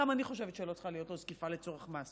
גם אני חושבת שלא צריכה להיות לו זקיפה לצורך מס,